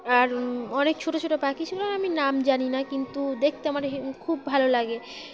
আর অনেক ছোটো ছোটো পাখি ছিল আমি নাম জানি না কিন্তু দেখতে আমার খুব ভালো লাগে